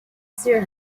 seer